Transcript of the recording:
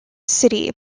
city